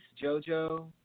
JoJo